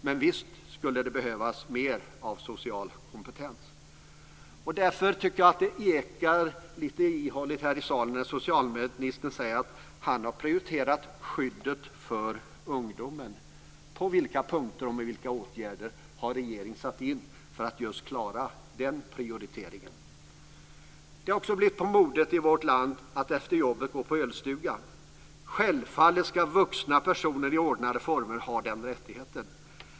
Men visst skulle det behövas mer av social kompetens. Därför tycker jag att det ekar lite ihåligt här i salen när socialministern säger att han har prioriterat skyddet för ungdomen. På vilka punkter har regeringen satt in åtgärder för att klara den prioriteringen? Det har också blivit på modet i vårt land att efter jobbet gå på ölstuga. Självfallet ska vuxna personer i ordnade former ha den rättigheten.